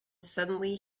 suddenly